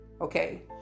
okay